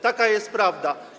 Taka jest prawda.